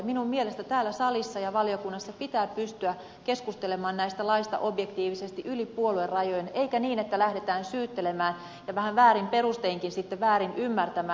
minun mielestäni täällä salissa ja valiokunnassa pitää pystyä keskustelemaan näistä laeista objektiivisesti yli puoluerajojen eikä niin että lähdetään syyttelemään ja vähän väärin perusteinkin sitten väärin ymmärtämään